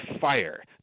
fire